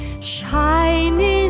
shining